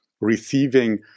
receiving